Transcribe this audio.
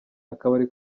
akabari